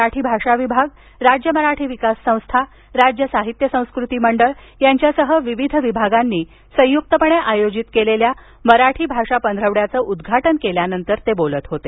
मराठी भाषा विभाग राज्य मराठी विकास संस्था राज्य साहित्य संस्कृती मंडळ यांसह विविध विभागांनी संयुक्तपणे आयोजित केलेल्या मराठी भाषा पंधरवड्याचं उद्घाटन केल्यानंतर ते बोलत होते